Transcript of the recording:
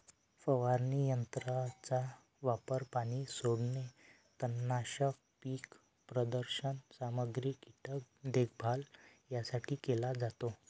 फवारणी यंत्राचा वापर पाणी सोडणे, तणनाशक, पीक प्रदर्शन सामग्री, कीटक देखभाल यासाठी केला जातो